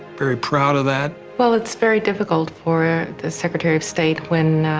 very proud of that. well, it's very difficult for the secretary of state when,